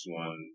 one